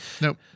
Nope